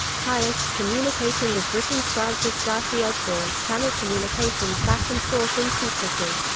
pius, communicating with britain's francis d'arcy osborne, channelled communications back and forth in secrecy.